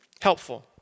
Helpful